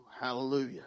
hallelujah